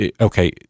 okay